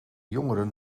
jongeren